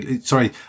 sorry